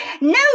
No